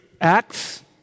Acts